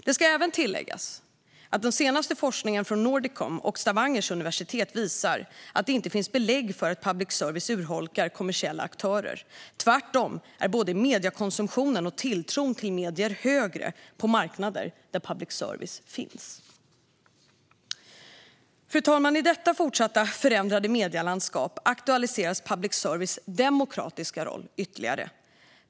Det ska även tilläggas att den senaste forskningen från Nordicom och Stavangers universitet visar att det inte finns belägg för att public service urholkar kommersiella aktörer. Tvärtom är både mediekonsumtionen och tilltron till medier högre på marknader där public service finns. Fru talman! I detta fortsatt förändrade medielandskap aktualiseras public services demokratiska roll ytterligare.